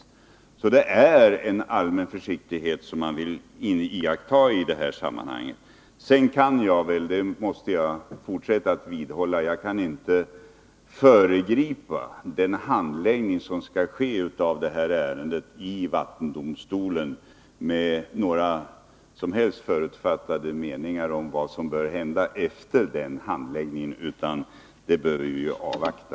Man vill alltså iaktta en allmän försiktighet i det här sammanhanget. Sedan kan jag inte — det måste jag vidhålla — föregripa den handläggning som skall ske i vattenöverdomstolen med några som helst förutfattade meningar om vad som bör hända efter den handläggningen, utan den bör vi avvakta.